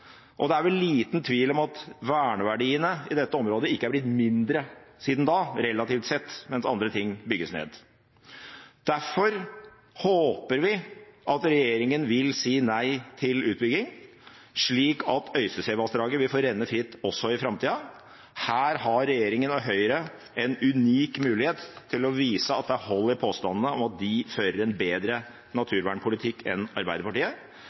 Det er vel liten tvil om at verneverdiene i dette området ikke er blitt mindre siden da, relativt sett, mens andre ting bygges ned. Derfor håper vi at regjeringen vil si nei til utbygging, slik at Øysteseelva vil få renne fritt også i framtida. Her har regjeringen og Høyre en unik mulighet til å vise at det er hold i påstandene om at de fører en bedre naturvernpolitikk enn Arbeiderpartiet.